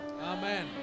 Amen